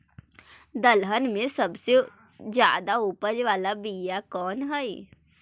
दलहन में सबसे उपज बाला बियाह कौन कौन हइ?